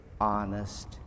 honest